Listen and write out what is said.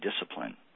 discipline